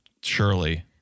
surely